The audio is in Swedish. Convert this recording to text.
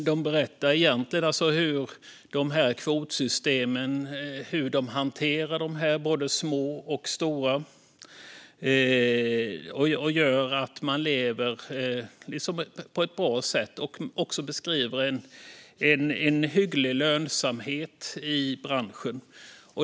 De berättade hur de hanterar både små och stora kvotsystem på sätt som gör att man kan leva på ett bra vis. De beskrev också en hygglig lönsamhet i branschen.